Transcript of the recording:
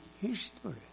history